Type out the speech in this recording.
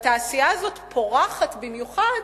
התעשייה הזאת פורחת במיוחד